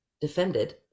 defended